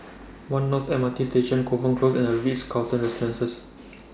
one North M R T Station Kovan Close and The Ritz Carlton Residences